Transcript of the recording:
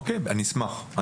אוקיי, אני אשמח.